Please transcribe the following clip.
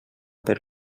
per